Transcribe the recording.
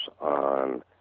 on